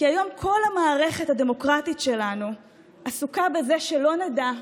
כי היום כל המערכת הדמוקרטית שלנו עסוקה בזה שלא נדע,